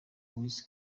wiz